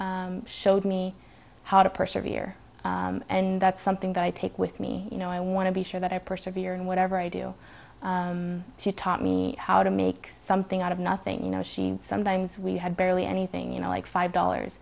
really showed me how to persevere and that's something that i take with me you know i want to be sure that i persevere in whatever i do she taught me how to make something out of nothing you know she sometimes we had barely anything you know like five dollars